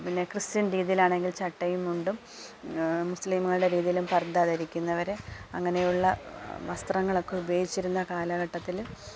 പിന്നെ ക്രിസ്ത്യൻ രീതിയിൽ ആണെങ്കില് ചട്ടയും മുണ്ടും മുസ്ലിമുകളുടെ രീതിയിലും പർദ്ദ ധരിക്കുന്നവര് അങ്ങനെയുള്ള വസ്ത്രങ്ങളൊക്കെ ഉപയോഗിച്ചിരുന്ന കാലഘട്ടത്തില്